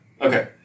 Okay